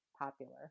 popular